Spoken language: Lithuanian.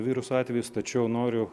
viruso atvejus tačiau noriu